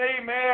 amen